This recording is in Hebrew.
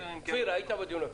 בדיון הקודם.